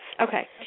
Okay